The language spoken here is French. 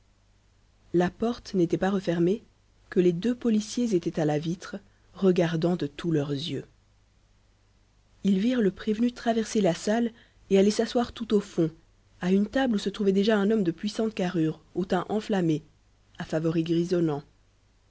la porte n'était pas refermée que les deux policiers étaient à la vitre regardant de tous leurs yeux ils virent le prévenu traverser la salle et aller s'asseoir tout au fond à une table où se trouvait déjà un homme de puissante carrure au teint enflammé à favoris grisonnants